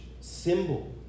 symbol